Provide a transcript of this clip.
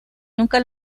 nunca